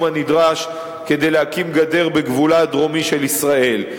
הנדרש כדי להקים גדר בגבולה הדרומי של ישראל,